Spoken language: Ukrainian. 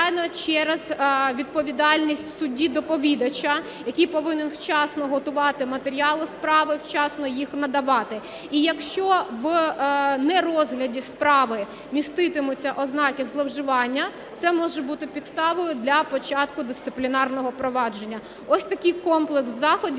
судді-доповідача, який повинен вчасно готувати матеріали справи, вчасно їх надавати. І якщо в нерозгляді справи міститимуться ознаки зловживання, це може бути підставою для початку дисциплінарного провадження. Ось такий комплекс заходів,